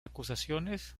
acusaciones